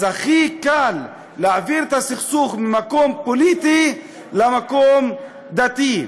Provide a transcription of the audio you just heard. אז הכי קל להעביר את הסכסוך ממקום פוליטי למקום דתי,